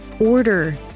order